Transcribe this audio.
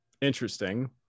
interesting